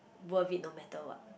worth it no matter what